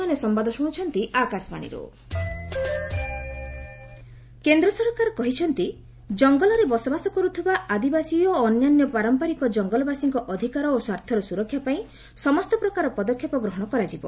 govt tribal rights କେନ୍ଦ୍ର ସରକାର କହିଛନ୍ତି ଜଙ୍ଗଲରେ ବସବାସ କରୁଥିବା ଆଦିବାସୀ ଓ ଅନ୍ୟାନ୍ୟ ପାରମ୍ପରିକ ଜଙ୍ଗଲବାସୀଙ୍କ ଅଧିକାର ଓ ସ୍ୱାର୍ଥର ସୁରକ୍ଷାପାଇଁ ସମସ୍ତ ପ୍ରକାର ପଦକ୍ଷେପ ଗ୍ରହଣ କରାଯିବ